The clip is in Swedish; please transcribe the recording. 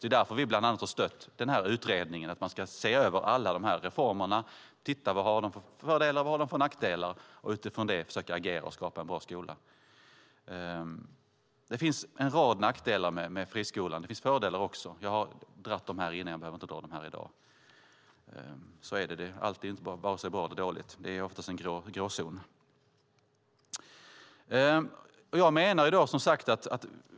Det är därför vi bland annat har stött utredningen, det vill säga att se över alla reformerna, se på fördelar och nackdelar, och utifrån de resultaten försöka agera och skapa en bra skola. Det finns en rad nackdelar med friskolan. Det finns fördelar också. Jag har föredragit dem innan, och jag behöver inte föredra dem i dag. Allt är inte vare sig bra eller dåligt. Det är oftast en gråzon.